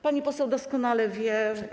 Pani poseł doskonale wie.